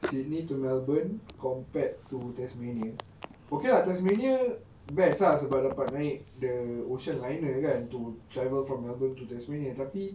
sydney to melbourne compared to tasmania okay lah tasmania best lah sebab dapat naik the ocean liner kan travel from melbourne to tasmania tapi